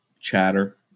chatter